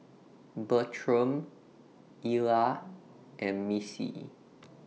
Bertram Illa and Missie